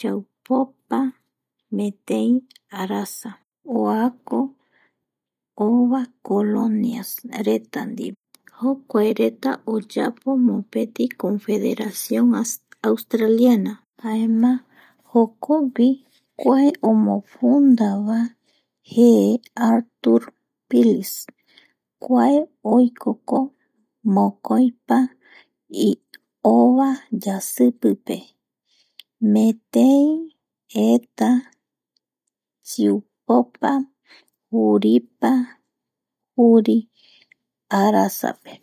chiupopa chaupopa metei arasa oako ova colonias reta ndive jokuaereta oyapo mopeti confederación australina jaema jokogui kua omofundava jee Artur Fillips kua oikoko mokoipa ova yasipipe metei eta chipopa juripa juri arasape